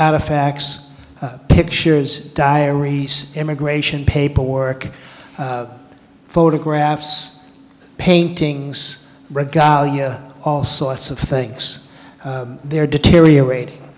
out of facts pictures diaries immigration paperwork photographs paintings all sorts of things they're deteriorat